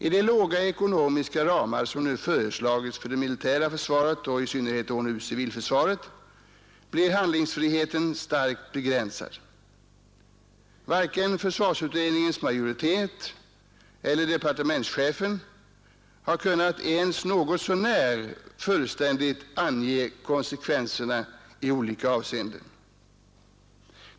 I de låga ekonomiska ramar som nu har föreslagits för det militära försvaret och civilförsvaret blir emellertid handlingsfriheten starkt begränsad. Varken försvarsutredningens majoritet eller departementschefen har kunnat ens något så när fullständigt ange konsekvenserna i olika avseenden.